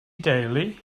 deulu